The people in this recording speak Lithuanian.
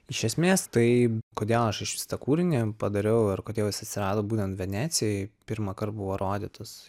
iš esmės tai kodėl aš išvis kūrinį padariau ir kodėl jis atsirado būtent venecijoj pirmąkart buvo rodytos